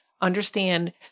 Understand